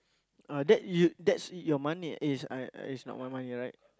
uh that you that's your money is I uh is not my money right